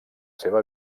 seva